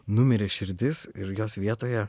numirė širdis ir jos vietoje